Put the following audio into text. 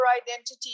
identity